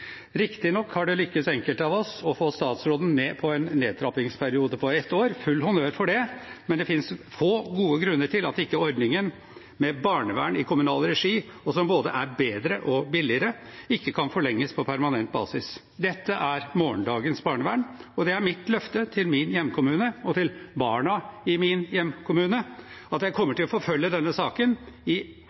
Riktignok har det lykkes enkelte av oss å få statsråden med på en nedtrappingsperiode på ett år – full honnør for det – men det finnes få gode grunner til ikke å forlenge ordningen med barnevern i kommunal regi, som er både bedre og billigere, på permanent basis. Dette er morgendagens barnevern, og det er mitt løfte til min hjemkommune og til barna i min hjemkommune at jeg kommer til å forfølge denne saken i